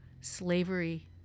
slavery